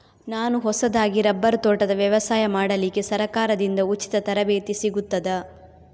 ನಾನು ಹೊಸದಾಗಿ ರಬ್ಬರ್ ತೋಟದ ವ್ಯವಸಾಯ ಮಾಡಲಿಕ್ಕೆ ಸರಕಾರದಿಂದ ಉಚಿತ ತರಬೇತಿ ಸಿಗುತ್ತದಾ?